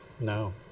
No